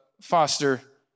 foster